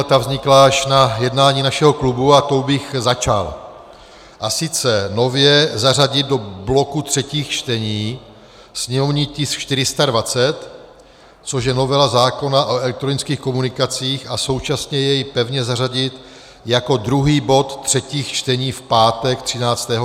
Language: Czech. Ta vznikla až na jednání našeho klubu a tou bych začal, a sice nově zařadit do bloku třetích čtení sněmovní tisk 420, což je novela zákona o elektronických komunikacích, a současně jej pevně zařadit jako druhý bod třetích čtení v pátek 13.